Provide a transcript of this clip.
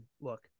look